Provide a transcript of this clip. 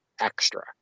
extra